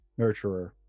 nurturer